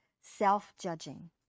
self-judging